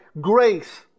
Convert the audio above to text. grace